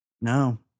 No